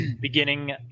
beginning